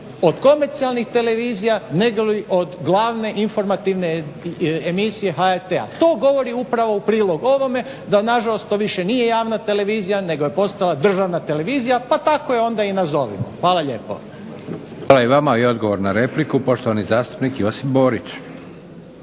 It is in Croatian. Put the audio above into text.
od komercijalnih televizija negoli od glavne informativne emisije HRT-a. to govori upravo u prilog ovome da nažalost to više nije javna televizija nego je postala državna televizija pa tako je onda i nazovimo. Hvala lijepo. **Leko, Josip (SDP)** Hvala i vama. I odgovor na repliku poštovani zastupnik Josip Borić.